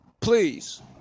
Please